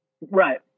Right